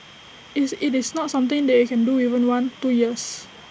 it's IT is not something that you can do within one two years